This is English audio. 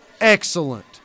Excellent